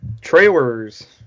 Trailers